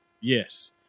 yes